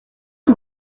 que